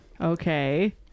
Okay